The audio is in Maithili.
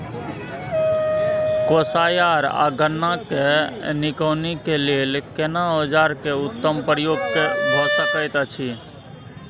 कोसयार आ गन्ना के निकौनी के लेल केना औजार के उत्तम प्रयोग भ सकेत अछि?